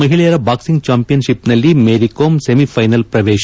ಮಹಿಳೆಯರ ಬಾಕ್ಸಿಂಗ್ ಚಾಂಪಿಯನ್ಶಿಪ್ನಲ್ಲಿ ಮೇರಿಕೋಮ್ ಸೆಮಿಫ್ತೆನಲ್ಸ್ಗೆ ಪ್ರವೇಶ